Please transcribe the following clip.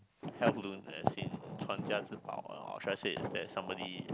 heirloom as in or should I say it's that somebody